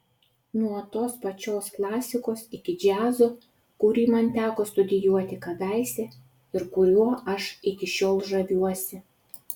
nuo tos pačios klasikos iki džiazo kurį man teko studijuoti kadaise ir kuriuo aš iki šiol žaviuosi